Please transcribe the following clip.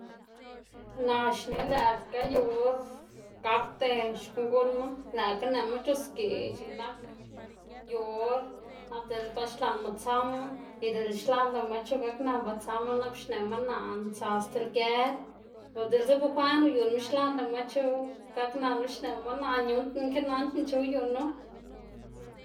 Naꞌ xne lëꞌkga yu or gakda xkuꞌn guꞌnnma lëꞌkga nëꞌma c̲h̲usgeꞌ x̱iꞌk nak yu or nap dela ba xlaꞌnma tsama y dila xlaꞌndama chu gaknan ba tsama nap xneꞌma naꞌ nëꞌná tsa stib lger o diꞌltse bukwaꞌn uyuꞌnnma xlaꞌndama chu gaknanu xneꞌma naꞌ ñuꞌnndná guꞌn ki nandná chu uyuꞌnnu.